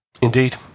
Indeed